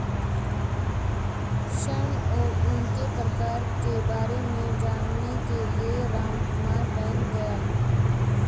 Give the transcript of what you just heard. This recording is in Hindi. ऋण और उनके प्रकार के बारे में जानने के लिए रामकुमार बैंक गया